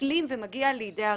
שמסלימות ומגיעות לכדי רצח.